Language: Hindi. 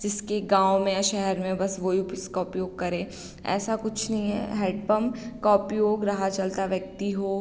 जिसके गाँव में या शहर में बस वही उसका उपयोग करे ऐसा कुछ नहीं है हैडपंप का उपयोग राह चलता व्यक्ति हो